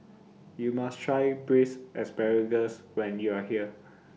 YOU must Try Braised Asparagus when YOU Are here